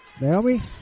Naomi